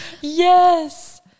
Yes